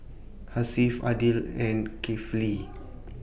Hasif Aidil and Kifli